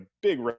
big